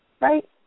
Right